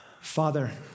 Father